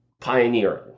pioneering